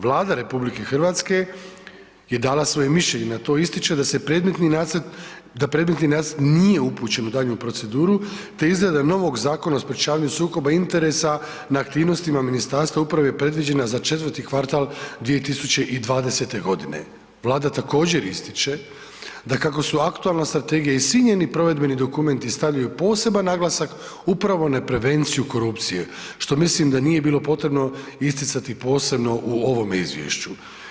Vlada RH je dala svoje mišljenje na to, ističe da se predmetni nacrt, da predmetni nacrt nije upućen u daljnju proceduru te izrada novog Zakona o sprječavanju sukoba interesa na aktivnostima Ministarstva uprave je predviđena za 4. kvartal 2020. g., Vlada također, ističe da kako su aktualna strategija i svi njeni provedbeni dokumenti stavljaju poseban naglasak upravo na prevenciju korupcije, što mislim da nije bilo potrebno isticati posebno u ovome Izvješću.